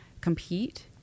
compete